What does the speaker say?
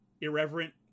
irreverent